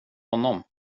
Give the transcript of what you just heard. honom